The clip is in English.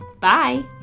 Bye